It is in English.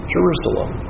Jerusalem